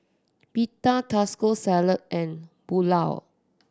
Pita Taco Salad and Pulao